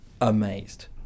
amazed